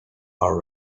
are